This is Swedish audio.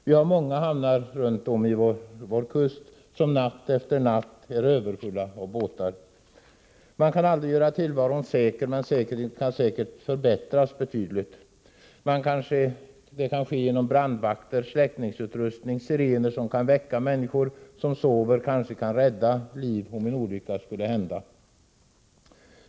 Vi har många hamnar runt vår långa kust som natt efter natt är överfulla av båtar. Man kan aldrig göra tillvaron helt säker, men säkerheten kan säkert förbättras betydligt. Det kan t.ex. ske genom att brandvakter, släckningsutrustning och larmanordningar placeras ut i hamnarna. Sirener som väcker människor som sover kan kanske rädda liv om en olycka skulle hända.